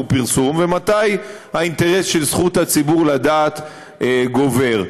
פרסום ומתי האינטרס של זכות הציבור לדעת גובר.